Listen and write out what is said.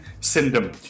Syndrome